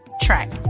Track